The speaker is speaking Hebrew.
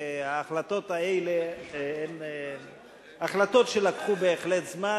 שההחלטות האלה הן החלטות שלקחו בהחלט זמן,